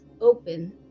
open